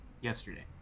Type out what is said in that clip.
yesterday